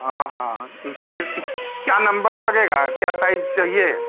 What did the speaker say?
हाँ हाँ उस कीट क्या नंबर लगेगा क्या साइज चाहिए